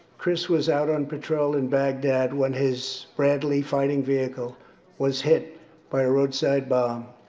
chris was out on patrol in baghdad when his bradley fighting vehicle was hit by a roadside bomb.